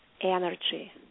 energy